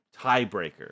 tiebreaker